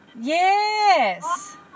Yes